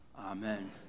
Amen